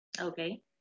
Okay